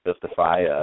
justify